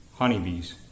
Honeybees